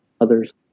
others